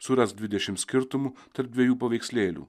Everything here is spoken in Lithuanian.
surask dvidešim skirtumų tarp dviejų paveikslėlių